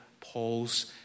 Paul's